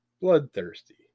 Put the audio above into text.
bloodthirsty